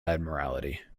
admiralty